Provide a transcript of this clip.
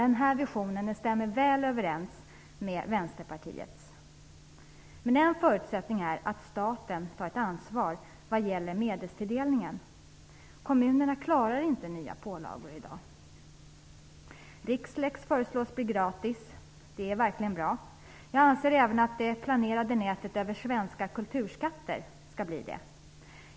Denna vision stämmer mycket väl överens med Vänsterpartiets inriktning. En förutsättning är dock att staten tar ett ansvar vad gäller medelstilldelningen. Kommunerna klarar i dag inte nya pålagor. Rixlex föreslås bli gratis, och det är verkligen bra. Jag anser även att det planerade nätet över svenska kulturskatter bör bli det.